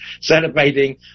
celebrating